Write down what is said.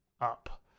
up